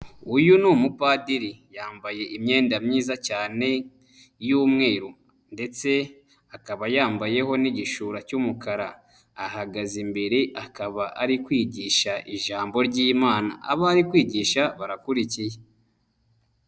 Uyu ni umupadiri yambaye imyenda myiza cyane y'umweru ndetse akaba yambayeho n'igishura cy'umukara. Ahagaze imbere akaba ari kwigisha ijambo ry'Imana. Abo ari kwigisha barakurikiye.